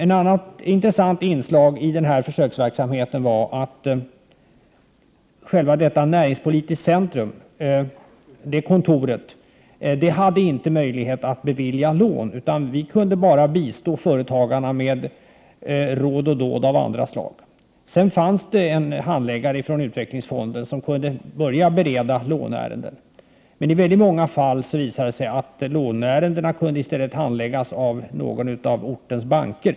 Ett annat intressant inslag i försöksverksamheten var att man på Näringspolitiskt Centrums kontor inte hade möjlighet att bevilja lån utan bara kunde bistå företagarna med råd och dåd av andra slag. Det fanns en handläggare från utvecklingsfonden som kunde bereda låneärenden. Men i många fall visade det sig att låneärendena i stället kunde handläggas av någon av ortens banker.